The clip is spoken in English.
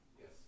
Yes